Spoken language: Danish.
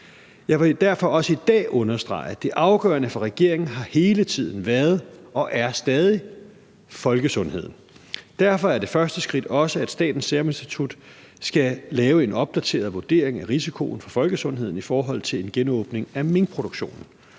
Jeg vil derfor også i dag understrege, at det afgørende for regeringen hele tiden har været og stadig er folkesundheden. Derfor er det første skridt også, at Statens Serum Institut skal lave en opdateret vurdering af risikoen for folkesundheden i forhold til en genåbning af minkproduktion.